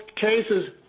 cases